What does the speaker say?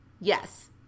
Yes